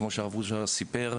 כמו שהרב רוז'ה סיפר.